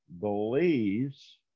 believes